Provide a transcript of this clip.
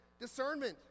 discernment